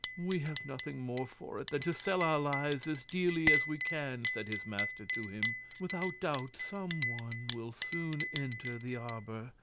we have nothing more for it than to sell our lives as dearly as we can, said his master to him, without doubt some one will soon enter the arbour,